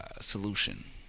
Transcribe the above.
solution